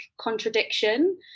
contradiction